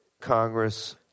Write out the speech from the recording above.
Congress